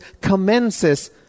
commences